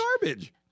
Garbage